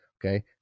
Okay